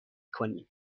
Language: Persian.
کنیم